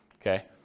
Okay